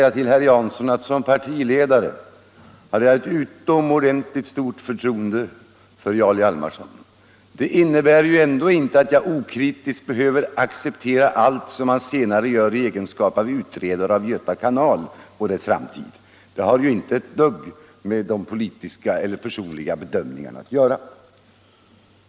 Jag vill svara herr Jansson att jag hade ett utomordentligt stort förtroende för Jarl Hjalmarson som partiledare, men det innebär inte att jag okritiskt behöver acceptera allt som han senare gör i sin egenskap av utredare av Göta kanal och dess framtid; det har ju inte ett dugg med de politiska eller de personliga bedömningarna att göra.